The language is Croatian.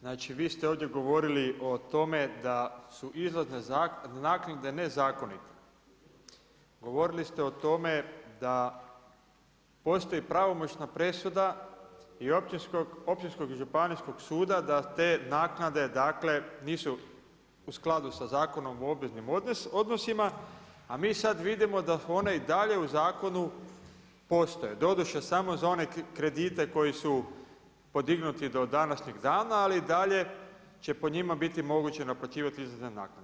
Znači vi ste ovdje govorili o tome da su izlazne naknade nezakonite, govorili ste o tome da postoji pravomoćna presuda i općinskog i županijskog suda da te naknade nisu u skladu sa Zakonom o obveznim odnosima, a mi sada vidimo da su one i dalje u zakonu postoje, doduše samo za one kredite koji su podignuti do današnjeg dana, ali i dalje će po njima biti moguće naplaćivati … naknade.